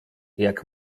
jak